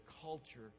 culture